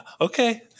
Okay